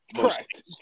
Correct